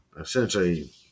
essentially